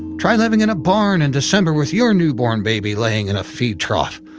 try living in a barn in december with your newborn baby laying in a feed trough.